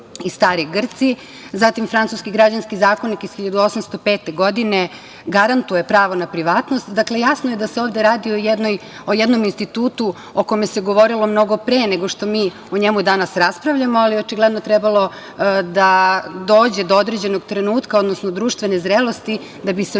i stari Grci. Zatim, Francuski građanski zakonik iz 1805. godine garantuje pravo na privatnost. Dakle, jasno je da se ovde radi o jednom institutu o kome se govorilo mnogo pre nego što mi o njemu danas raspravljamo, ali očigledno je trebalo da dođe do određenog trenutka, odnosno društvene zrelosti da bi se